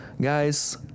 guys